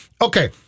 Okay